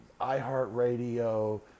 iHeartRadio